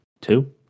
Two